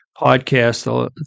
podcast